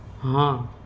हाँ